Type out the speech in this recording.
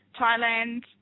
Thailand